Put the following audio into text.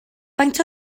faint